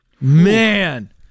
Man